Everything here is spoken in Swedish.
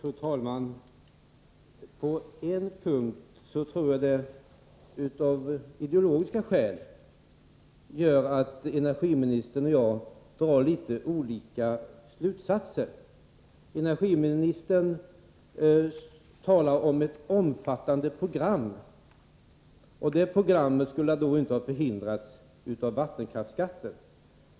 Fru talman! På en punkt tror jag att energiministern och jag av ideologiska skäl drar litet olika slutsatser. Energiministern talar om ett omfattande program och säger att det programmet inte skulle ha förhindrats av vattenkraftsskatten.